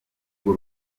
urwo